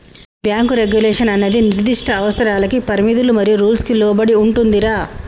bank regulation అన్నది నిర్దిష్ట అవసరాలకి పరిమితులు మరియు రూల్స్ కి లోబడి ఉంటుందిరా